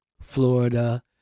Florida